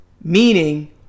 Meaning